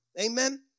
amen